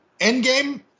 Endgame